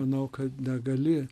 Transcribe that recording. manau kad negali